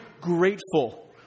grateful